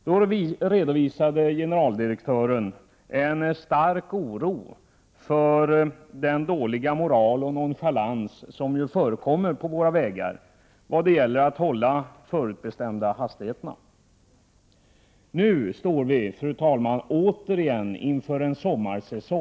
Generaldirektören där uttryckte en stark oro för den dåliga moral och den nonchalans som trafikanterna visar ute på våra vägar när det gäller att hålla hastighetsgränserna. Nu står vi, fru talman, åter inför en sommarsäsong.